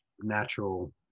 natural